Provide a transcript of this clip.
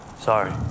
Sorry